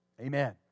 Amen